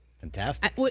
Fantastic